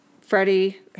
Freddie